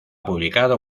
publicado